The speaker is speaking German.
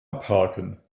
abhaken